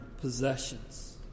possessions